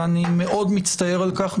ואני מאוד מצטער על כך,